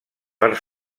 per